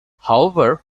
however